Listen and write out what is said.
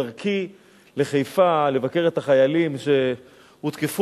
בדרכי לחיפה לבקר את החיילים שהותקפו,